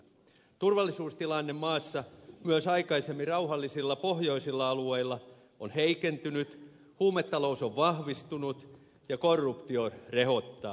turvallisuustilanne maassa myös aikaisemmin rauhallisilla pohjoisilla alueilla on heikentynyt huumetalous on vahvistunut ja korruptio rehottaa